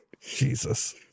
Jesus